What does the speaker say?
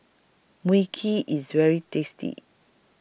Mui Kee IS very tasty